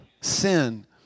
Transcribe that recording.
sin